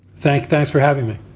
thank thanks for having me.